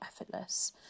effortless